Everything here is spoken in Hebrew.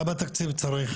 כמה תקציב צריך